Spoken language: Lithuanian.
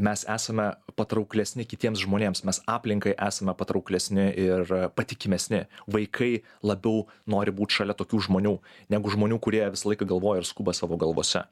mes esame patrauklesni kitiems žmonėms mes aplinkai esame patrauklesni ir patikimesni vaikai labiau nori būt šalia tokių žmonių negu žmonių kurie visą laiką galvoja ir skuba savo galvose